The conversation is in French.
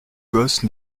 gosse